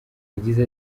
yagize